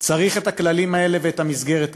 צריך את הכללים האלה ואת המסגרת הזאת.